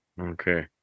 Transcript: Okay